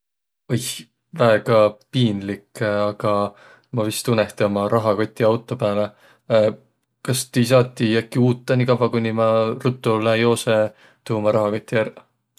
Oih! Väega piinlik, aga ma vist unõhti uma rahakoti auto pääle. Kas ti saati äkki niikavva uutaq, kooniq ma ruttu lää, joosõ, tuu uma rahakoti ärq?